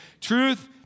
truth